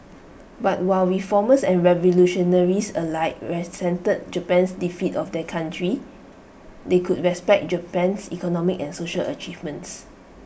but while reformers and revolutionaries alike resented Japan's defeat of their country they could respect Japan's economic and social achievements